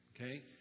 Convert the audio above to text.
okay